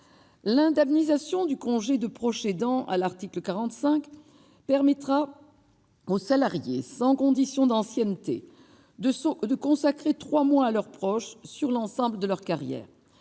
L'indemnisation du congé de proche aidant, à l'article 45, permettra aux salariés, sans condition d'ancienneté, de consacrer trois mois à un proche sur l'ensemble de leur carrière.